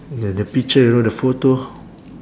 the the picture you know the photo